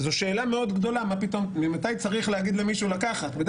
יש שאלה מאוד גדולה ממתי צריך להגיד למישהו לקחת?